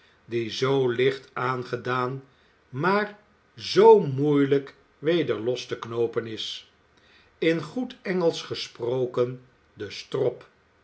die zoo licht aangedaan maar zoo moeielijk weder los te knoopen is in goed engelsch gesproken den strop